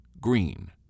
green